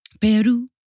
Peru